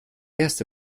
erste